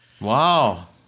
wow